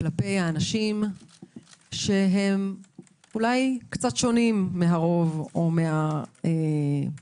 כלפי האנשים שהם אולי קצת שונים מהרוב או מהאחרים.